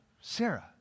Sarah